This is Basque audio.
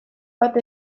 bat